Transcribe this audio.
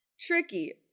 tricky